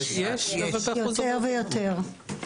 יותר ויותר.